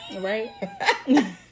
Right